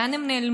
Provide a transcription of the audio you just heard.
לאן הם נעלמו?